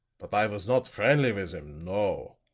but i was not friendly with him no.